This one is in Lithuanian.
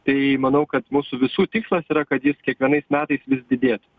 tai manau kad mūsų visų tikslas yra kad jis kiekvienais metais vis didėtų